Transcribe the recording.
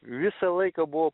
visą laiką buvo